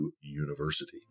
university